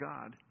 God